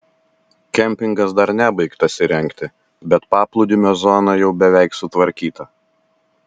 kempingas dar nebaigtas įrengti bet paplūdimio zona jau beveik sutvarkyta